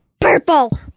Purple